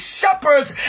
shepherds